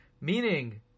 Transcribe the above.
Meaning